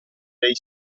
dei